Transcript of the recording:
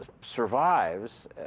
survives